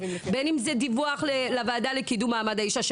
בין אם זה דיווח לוועדה לקידום מעמד האישה,